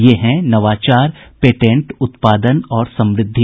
ये हैं नवाचार पेटेंट उत्पादन और समृद्धि